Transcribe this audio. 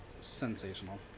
sensational